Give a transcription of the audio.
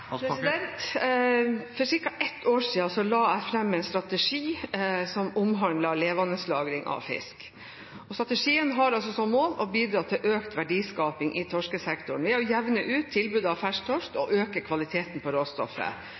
For ca. ett år siden la jeg fram en strategi som omhandlet levendelagring av fisk. Denne strategien har som mål å bidra til økt verdiskaping i torskesektoren ved å jevne ut tilbudet av fersk torsk og øke kvaliteten på råstoffet,